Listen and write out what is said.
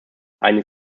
eines